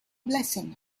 blessing